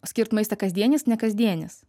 skirt maistą kasdienis nekasdienis